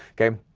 okay.